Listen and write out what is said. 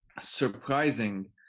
surprising